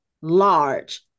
large